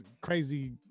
Crazy